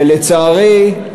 ולצערי,